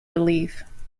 relief